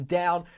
down